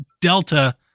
Delta